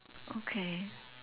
okay